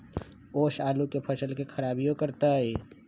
ओस आलू के फसल के खराबियों करतै?